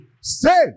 Say